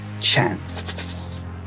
chance